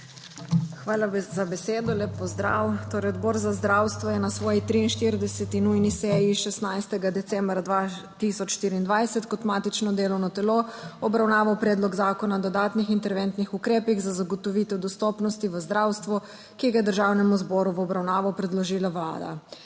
Hvala za besedo. Lep pozdrav! Torej Odbor za zdravstvo je na svoji 43. nujni seji 16. decembra 2024 kot matično delovno telo obravnaval Predlog zakona o dodatnih interventnih ukrepih za zagotovitev dostopnosti v zdravstvu, ki ga je Državnemu zboru v obravnavo predložila Vlada.